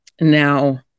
now